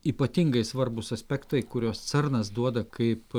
ypatingai svarbūs aspektai kuriuos cernas duoda kaip